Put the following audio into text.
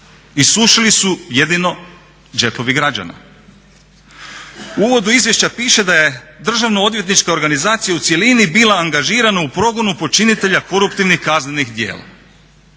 Isušili su jedino džepovi građana. U uvodu izvješća piše da je državno odvjetnička organizacija u cjelini bila angažirana u progonu počinitelja koruptivnih kaznenih djela,